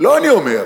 לא אני אומר,